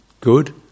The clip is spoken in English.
good